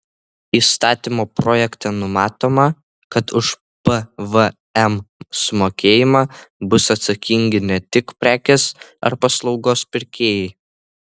įstatymo projekte numatoma kad už pvm sumokėjimą bus atsakingi ne tik prekės ar paslaugos pirkėjai